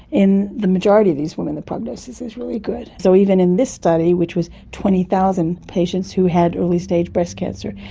in the majority of these women the prognosis is really good, so even in this study, which was twenty thousand patients who had early stage breast cancer.